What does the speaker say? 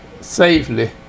safely